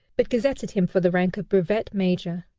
but gazetted him for the rank of brevet major.